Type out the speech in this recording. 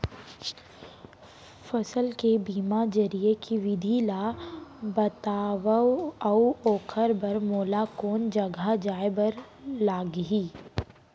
फसल के बीमा जरिए के विधि ला बतावव अऊ ओखर बर मोला कोन जगह जाए बर लागही?